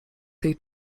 tej